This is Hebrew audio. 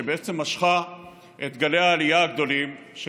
שבעצם משכה את גלי העלייה הגדולים של